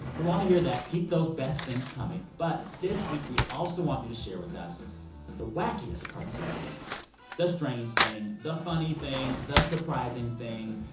we want to hear that. keep those best things coming. but this week, we also want you to share with us the wackiest parts of the strange thing, the funny thing, the surprising thing,